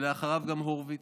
ואחריו גם הורוביץ,